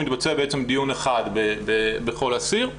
מתבצע בעצם דיון אחד בכל אסיר.